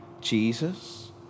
Jesus